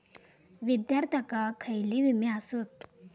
विद्यार्थ्यांका खयले विमे आसत?